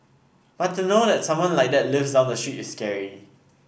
but to know that someone like that lives down the street is scary